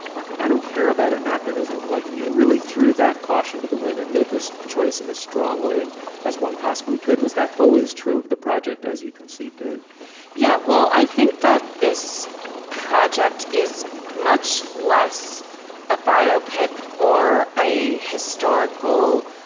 but i don't care about anachronism like you really threw that caution to the wind and made this choice as strongly as one possibly could. was that always true of the project as you conceived ah yeah. well i think that this project is much less a biopic or a historical